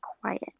quiet